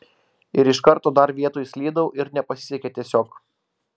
ir iš karto dar vietoj slydau ir nepasisekė tiesiog